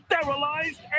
sterilized